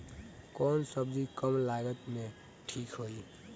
कौन सबजी कम लागत मे ठिक होई?